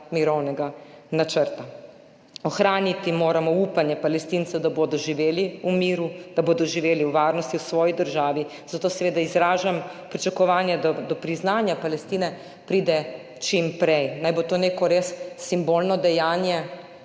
mirovnega načrta. Ohraniti moramo upanje Palestincev, da bodo živeli v miru, da bodo živeli v varnosti v svoji državi, zato seveda izražam pričakovanje, da do priznanja Palestine pride čim prej. Naj bo to neko res simbolno dejanje,